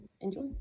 Enjoy